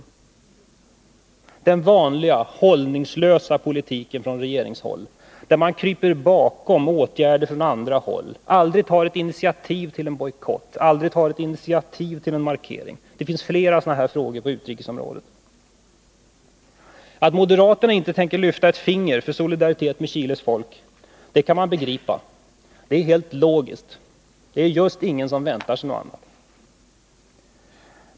Detta är ett uttryck för den vanliga, hållningslösa politiken från regeringshåll, där man kryper bakom åtgärder från andra, aldrig tar ett initiativ till en bojkott eller markering. Det finns flera sådana här frågor på det utrikespolitiska området. Att moderaterna inte tänker lyfta ett finger för att visa solidaritet med Chiles folk kan man begripa. Det är helt logiskt. Det är ingen som väntar sig någonting annat.